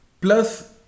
Plus